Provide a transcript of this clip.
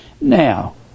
Now